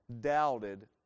doubted